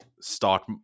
stock